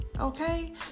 okay